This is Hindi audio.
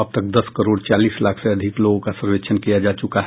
अब तक दस करोड़ चालीस लाख से अधिक लोगों का सर्वेक्षण किया जा चुका है